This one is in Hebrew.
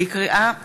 לקריאה ראשונה,